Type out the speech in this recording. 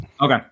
okay